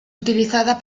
utilizada